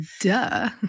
Duh